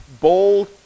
bold